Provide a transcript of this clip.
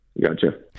Gotcha